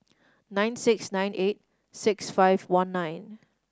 nine six nine eight six five one nine